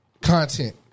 content